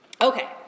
Okay